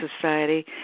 Society